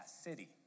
city